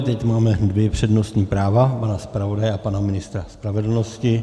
Teď máme dvě přednostní práva pana zpravodaje a pana ministra spravedlnosti.